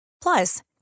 Plus